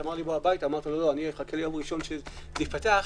גם בהקשר הזה ההגדרה 1 על 1 יפה,